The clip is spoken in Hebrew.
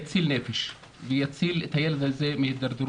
יציל נפש ויציל את הילד הזה מהידרדרות.